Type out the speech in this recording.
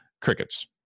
crickets